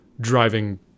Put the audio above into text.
driving